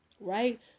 right